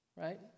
Right